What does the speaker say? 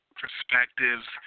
perspectives